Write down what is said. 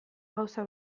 gauza